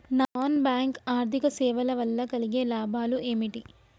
Non bank ఆర్థిక సేవల వల్ల కలిగే లాభాలు ఏమిటి?